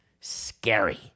scary